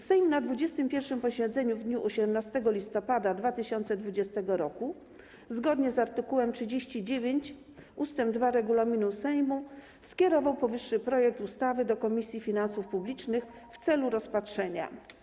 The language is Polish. Sejm na 21. posiedzeniu w dniu 18 listopada 2020 r. zgodnie z art. 39 ust. 2 regulaminu Sejmu skierował powyższy projekt ustawy do Komisji Finansów Publicznych w celu rozpatrzenia.